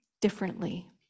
differently